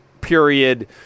period